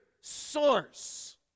source